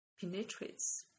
penetrates